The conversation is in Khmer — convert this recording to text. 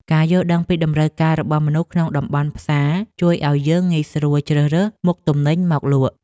ការយល់ដឹងពីតម្រូវការរបស់មនុស្សក្នុងតំបន់ផ្សារជួយឱ្យយើងងាយស្រួលជ្រើសរើសមុខទំនិញមកលក់។